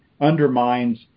Undermines